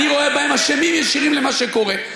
אני רואה בהם אשמים ישירים למה שקורה.